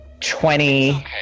twenty